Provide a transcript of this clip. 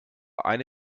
eine